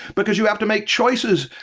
because you have to make choices.